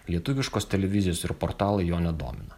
lietuviškos televizijos ir portalai jo nedomina